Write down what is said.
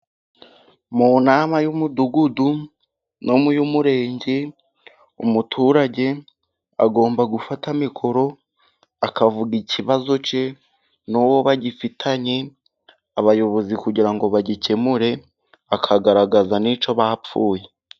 Mu nama y'umudugudu no mu y'umurenge umuturage agomba gufata amikoro akavuga ikibazo cye n'uwo bagifitanye, abayobozi kugira ngo bagikemure akagaragaza n'icyo bapfuye.